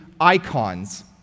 icons